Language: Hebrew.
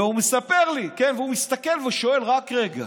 והוא מספר לי, והוא מסתכל ושואל: רק רגע,